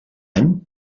any